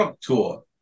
tour